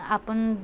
आपण